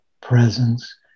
presence